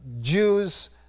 Jews